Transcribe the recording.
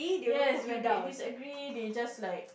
yes when they disagree they just like